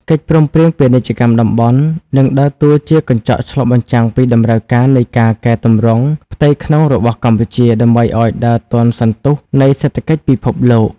កិច្ចព្រមព្រៀងពាណិជ្ជកម្មតំបន់ នឹងដើរតួជាកញ្ចក់ឆ្លុះបញ្ចាំងពីតម្រូវការនៃការកែទម្រង់ផ្ទៃក្នុងរបស់កម្ពុជា ដើម្បីឱ្យដើរទាន់សន្ទុះនៃសេដ្ឋកិច្ចពិភពលោក។